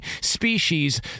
species